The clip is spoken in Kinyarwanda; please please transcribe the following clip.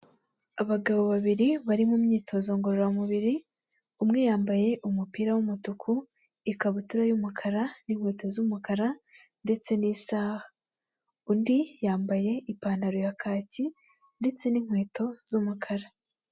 Abagabo babiri bari mu myitozo ngororamubiri, umwe yambaye umupira w'umutuku, ikabutura y'umukara n'inkweto z'umukara ndetse n'isaha, undi yambaye ipantaro ya kaki ndetse n'inkweto z'umukara.